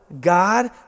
God